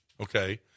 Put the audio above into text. Okay